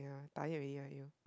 I tired already right you